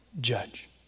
judge